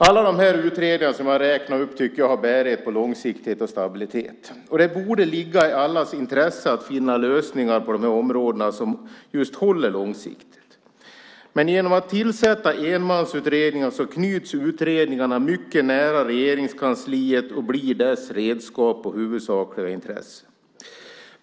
Alla de utredningar som jag räknade upp tycker jag har bärighet på långsiktighet och stabilitet. Det borde ligga i allas intresse att finna lösningar på dessa områden som just håller långsiktigt. Genom att man tillsätter enmansutredningar knyts utredningarna mycket nära Regeringskansliet och blir dess redskap och huvudsakliga intresse.